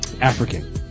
African